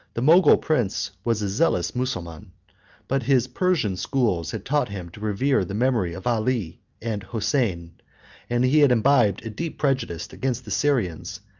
the mogul prince was a zealous mussulman but his persian schools had taught him to revere the memory of ali and hosein and he had imbibed a deep prejudice against the syrians,